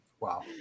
Wow